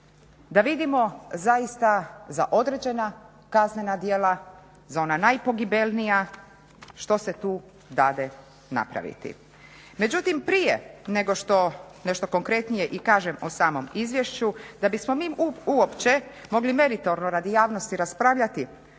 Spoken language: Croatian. da vidimo zaista za određena kaznena djela, za ona najpogibeljnija što se tu dade napraviti. Međutim, prije nego što nešto konkretnije i kažem o samom izvješću da bismo mi uopće mogli meritorno radi javnosti raspravljati